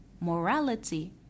morality